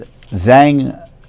Zhang